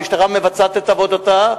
המשטרה מבצעת את עבודתה,